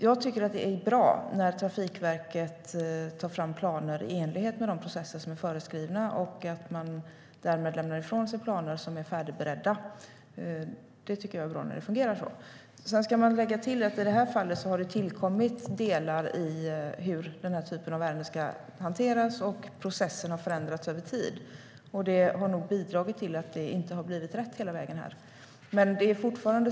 Jag tycker att det är bra när Trafikverket tar fram planer i enlighet med de processer som är föreskrivna och därmed lämnar ifrån sig planer som är färdigberedda. Det är bra när det fungerar så. Jag ska lägga till att det i det här fallet har tillkommit delar beträffande hur den här typen av ärenden ska hanteras, och processen har förändrats över tid. Det har nog bidragit till att det inte har blivit rätt hela vägen.